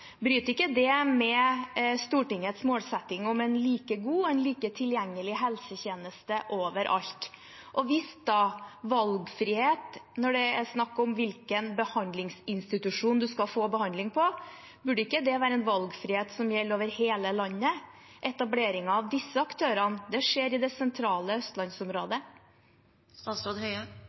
Bryter ikke det med Stortingets målsetting om en like god og like tilgjengelig helsetjeneste overalt? Og hvis en skal ha valgfrihet, når det er snakk om hvilken behandlingsinstitusjon en skal få behandling på, burde ikke det være en valgfrihet som gjelder over hele landet? Etableringen av disse aktørene skjer i det sentrale østlandsområdet.